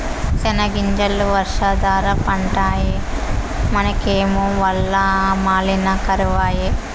సెనగ్గింజలు వర్షాధార పంటాయె మనకేమో వల్ల మాలిన కరవాయె